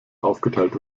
aufgeteilt